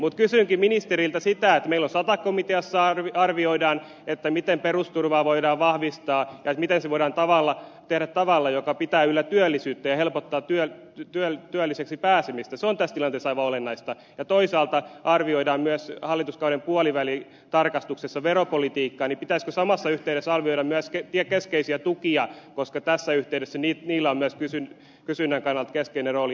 mutta kysynkin ministeriltä sitä että koska meillä sata komiteassa arvioidaan miten perusturvaa voidaan vahvistaa ja miten se voidaan tehdä tavalla joka pitää yllä työllisyyttä ja helpottaa työlliseksi pääsemistä se on tässä tilanteessa aivan olennaista ja toisaalta arvioidaan myös hallituskauden puolivälitarkastuksessa veropolitiikkaa niin pitäisikö samassa yhteydessä arvioida myös keskeisiä tukia koska tässä yhteydessä niillä esimerkiksi lapsiperheiden tuilla on myös kysynnän kannalta keskeinen rooli